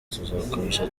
tuzakomeza